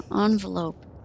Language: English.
Envelope